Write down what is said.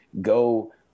go